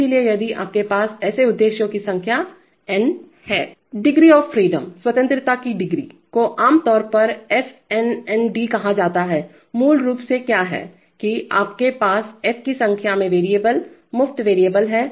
इसलिए यदि आपके पास ऐसे उद्देश्यों की संख्या n है डिग्री ऑफ़ फ्रीडमस्वतंत्रता की डिग्री को आम तौर पर f n nd कहा जाता है मूल रूप से क्या है कि आपके पास f की संख्या में वेरिएबल मुफ्त वेरिएबल हैं